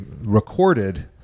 recorded